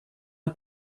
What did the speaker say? n’a